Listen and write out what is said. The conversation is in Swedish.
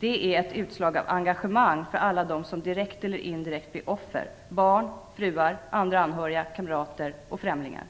Det är ett utslag av engagemang för alla dem som direkt eller indirekt blir offer: barn, fruar, andra anhöriga, kamrater och främlingar.